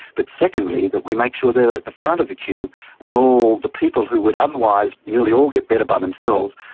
but secondly that we make sure they are at the front of the queue and all the people who would otherwise nearly all get better by themselves,